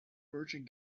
merchant